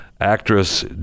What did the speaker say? Actress